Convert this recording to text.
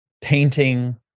painting